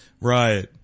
Right